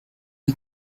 sao